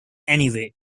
anyway